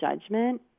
judgment